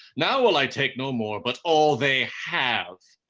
now will i take no more but all they have.